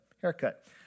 haircut